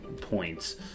points